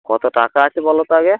কত টাকা আছে বলো তো আগে